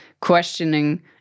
questioning